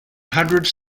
hundreds